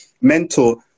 mentor